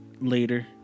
later